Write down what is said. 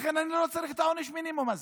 לכן אני לא צריך את עונש המינימום הזה.